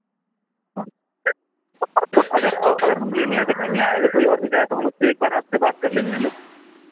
अगर अगर हम लेने अगर नहीं आए अगर कोई और भी जाए तो हम उससे एक बार आपसे बात कर लेंगे ना